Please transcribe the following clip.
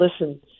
listen